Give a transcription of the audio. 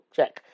Check